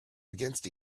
against